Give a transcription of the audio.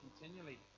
continually